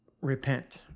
repent